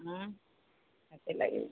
ହଁ ସେଥି ଲାଗି